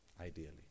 ideally